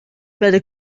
better